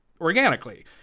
organically